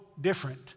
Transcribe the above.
different